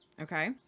okay